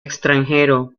extranjero